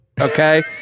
Okay